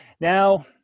now